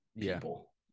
people